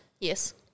Yes